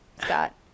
Scott